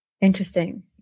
Interesting